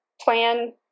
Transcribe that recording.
plan